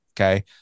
okay